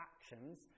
actions